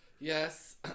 Yes